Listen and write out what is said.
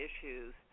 issues